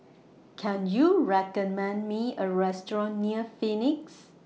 Can YOU recommend Me A Restaurant near Phoenix